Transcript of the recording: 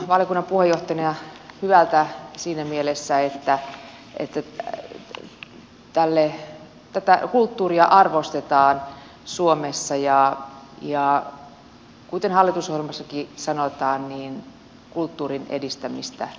tuntuu valiokunnan puheenjohtajana hyvältä siinä mielessä että kulttuuria arvostetaan suomessa ja kuten hallitusohjelmassakin sanotaan kulttuurin edistämistä